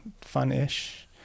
fun-ish